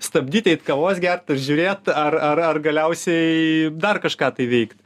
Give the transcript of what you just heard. stabdyt eit kavos gert ar žiūrėt ar ar ar galiausiai dar kažką tai veikt